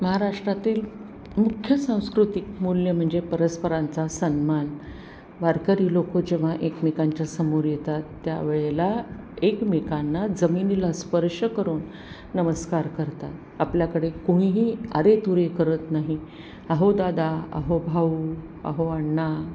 महाराष्ट्रातील मुख्य सांस्कृतिक मूल्य म्हणजे परस्परांचा सन्मान वारकरी लोकं जेव्हा एकमेकांच्या समोर येतात त्यावेळेला एकमेकांना जमिनीला स्पर्श करून नमस्कार करतात आपल्याकडे कोणीही अरे तुरे करत नाही अहो दादा अहो भाऊ अहो अण्णा